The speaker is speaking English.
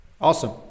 Awesome